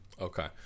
Okay